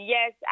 Yes